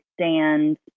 stand